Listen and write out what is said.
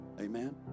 Amen